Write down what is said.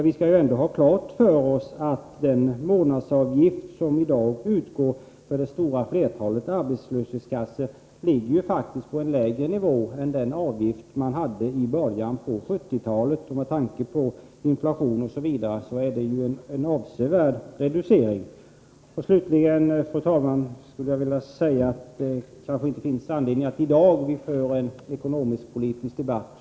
Vi skall ändå ha klart för oss att den månadsavgift som i dag utgår för det stora flertalet arbetslöshetskassor faktiskt ligger på en lägre nivå än den avgift som man hade i början på 1970-talet. Med tanke på inflationen osv. är det en avsevärd reducering. Slutligen, fru talman, skulle jag vilja säga att det kanske inte finns anledning att i dag föra en ekonomisk-politisk debatt.